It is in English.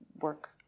work